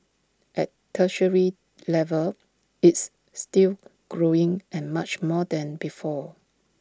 at tertiary level it's still growing and much more than before